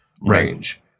range